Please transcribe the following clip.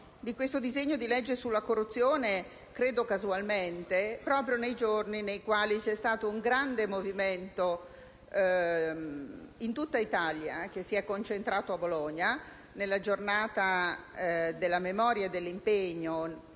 di questo disegno di legge sulla corruzione - credo casualmente - proprio nei giorni in cui c'è stato un grande movimento in tutta Italia, che si è concentrato a Bologna nella Giornata della memoria e dell'impegno,